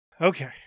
Okay